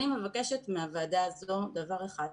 אני מבקשת מהוועדה הזו דבר אחד,